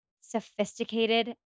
sophisticated